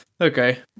Okay